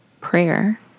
prayer